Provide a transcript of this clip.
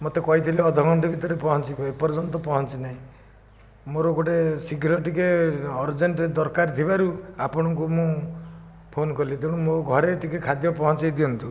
ମୋତେ କହିଥିଲେ ଅଧଘଣ୍ଟେ ଭିତରେ ପହଞ୍ଚିବେ ଏପର୍ୟ୍ଯନ୍ତ ପହଞ୍ଚିନାହିଁ ମୋର ଗୋଟେ ଶୀଘ୍ର ଟିକିଏ ଅରଜେଣ୍ଟରେ ଦରକାର ଥିବାରୁ ଆପଣଙ୍କୁ ମୁଁ ଫୋନ କଲି ତେଣୁ ମୋ ଘରେ ଟିକିଏ ଖାଦ୍ୟ ପହଞ୍ଚାଇଦିଅନ୍ତୁ